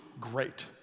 great